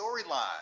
storyline